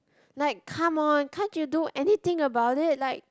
like come on can't you do anything about it like